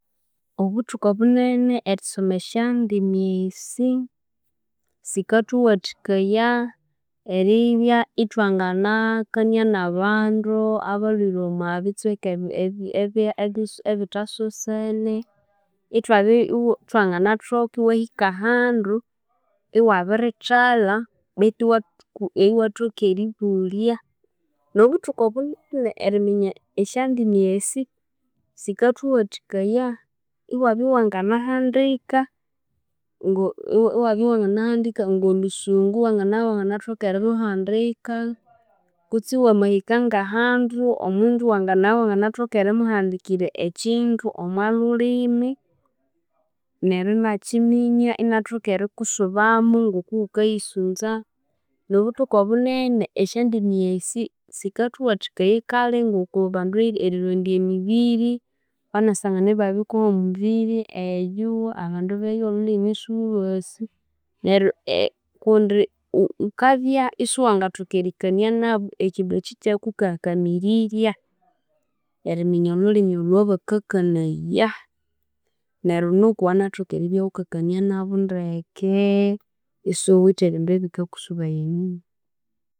Obuthuku obunene erisoma esyandimi esi sikathuwathikaya eribya ithwangaanakania n'abandu, abalhwire omo bitsweka ebi ebi- ebi ebisu ebithasosene, ithwabya iwa ithwanganathoka, iwahika ahandu iwabirithalha betu iwat iwathoka eribulya, n'obuthuku obunene eriminya esyandimi esi sikathuwathikaya, iwabya iwanganahandika ng'o iwabya iwanganahandika ng'olhusungu iwangana iwanganathoka erilhuhandika, kutse wamahika ng'ahandu omundu iwangana iwanganathoka erimuhandikira ekindu omo lhulimi, neryo inakiminya inathoka erikusubamu ng'okwawukayisunza, n'obuthuku obunene esyandime esi sikathuwathikaya kale ng'okwa abandu erirondya emibiri, wukanasangana ibabirikuha omubiri eyu, abandu beyu olhulimi isiwulhwasi, neryo ee kundi wu wukabya isiwangathoka erikania n'abo, ekindu eky'o ikyakukakamirirya eriminya olhulimi olwabakakanaya neryo nuku wanathoka eribya wukakania n'abo ndeekee isiwuwithe ebindu ebikakusubaya enyuma.